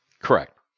Correct